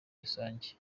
rusange